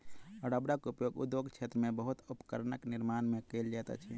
रबड़क उपयोग उद्योग क्षेत्र में बहुत उपकरणक निर्माण में कयल जाइत अछि